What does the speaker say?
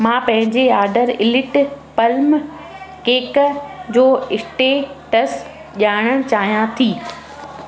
मां पंहिंजे order elite plum cake जो स्टेटस ॼाणण चाहियां थी